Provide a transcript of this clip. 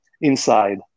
inside